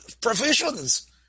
provisions